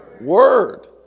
Word